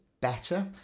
better